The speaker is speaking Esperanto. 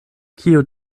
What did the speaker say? kiu